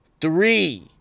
three